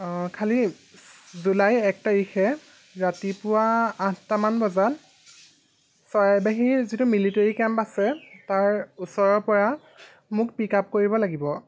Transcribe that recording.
খালি জুলাই এক তাৰিখে ৰাতিপুৱা আঠটামান বজাত চৰাইবাহীৰ যিটো মিলিটেৰী কেম্প আছে তাৰ ওচৰৰ পৰা মোক পিক আপ কৰিব লাগিব